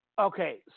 Okay